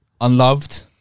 Unloved